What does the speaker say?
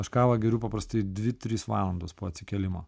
aš kavą geriu paprastai dvi trys valandos po atsikėlimo